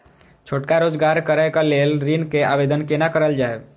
छोटका रोजगार करैक लेल ऋण के आवेदन केना करल जाय?